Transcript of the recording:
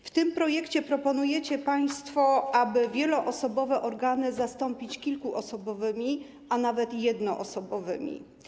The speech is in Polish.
W tym projekcie proponujecie państwo, aby wieloosobowe organy zastąpić kilkuosobowymi, a nawet jednoosobowymi.